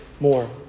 more